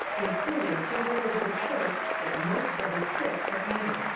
including services at a church that most of the sick attended.